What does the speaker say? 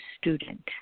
student